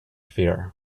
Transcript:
fear